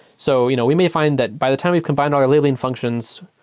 so you know we may find that by the time we've combined our labeling functions,